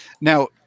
Now